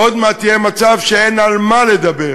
עוד מעט יהיה מצב שאין על מה לדבר.